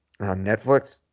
Netflix